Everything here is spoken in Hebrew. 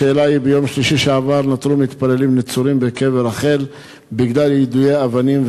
ביום שלישי שעבר נותרו מתפללים נצורים בקבר רחל בגלל יידוי אבנים,